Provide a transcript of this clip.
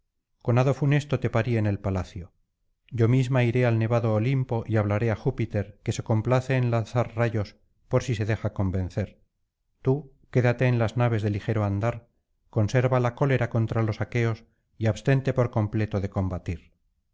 hado funesto te parí en el palacio yo misma iré al nevado olimpo y hablaré á júpiter que se complace en lanzar rayos por si se deja convencer tú quédate en las naves de ligero andar conserva la cólera contra los aqueos y abstente por completo de combatir